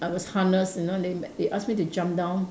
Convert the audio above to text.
I was harnessed you know then they they ask me to jump down